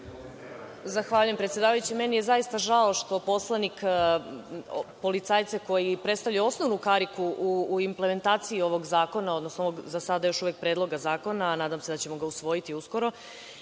Zahvaljujem. Meni je zaista žao što poslanik policajca koji predstavlja osnovnu kariku u implementaciji ovog zakona, odnosno za sada još uvek Predloga zakona, a nadam se da ćemo ga usvojiti uskoro,